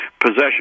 possession